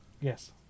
Yes